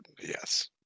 yes